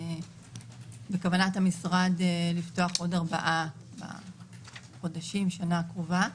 בכוונת המשרד לפתוח עוד ארבעה בחודשים-בשנה הקרובה.